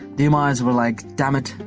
the umayyads were like damn it!